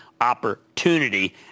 opportunity